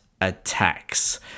attacks